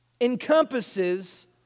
encompasses